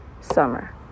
summer